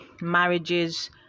marriages